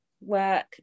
work